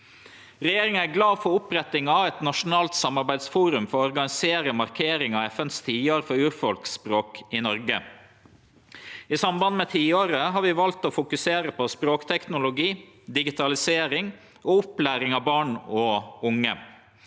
Regjeringa er glad for opprettinga av eit nasjonalt samarbeidsforum for å organisere markeringa av FNs tiår for urfolksspråk i Noreg. I samband med tiåret har vi valt å fokusere på språkteknologi, digitalisering og opplæring av barn og unge.